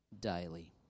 daily